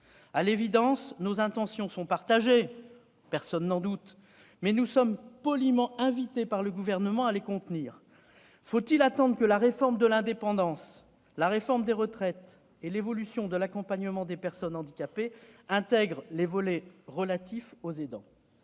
À l'évidence, nos intentions sont partagées, mais nous sommes poliment invités par le Gouvernement à les contenir. Faut-il attendre que la réforme de la prise en charge de la dépendance, la réforme des retraites et l'évolution de l'accompagnement des personnes handicapées intègrent un volet relatif aux aidants ?